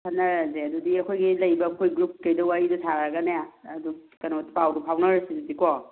ꯈꯟꯅꯔꯁꯦ ꯑꯗꯨꯗꯤ ꯑꯩꯈꯣꯏꯒꯤ ꯂꯩꯔꯤꯕ ꯑꯩꯈꯣꯏ ꯒ꯭ꯔꯨꯞꯀꯩꯗꯣ ꯋꯥꯔꯤꯗꯣ ꯁꯥꯔꯒꯅꯦ ꯑꯗꯨꯝ ꯀꯩꯅꯣ ꯄꯥꯎꯗꯣ ꯐꯥꯎꯅꯔꯁꯤ ꯑꯗꯨꯗꯤ ꯀꯣ